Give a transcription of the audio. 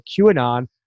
QAnon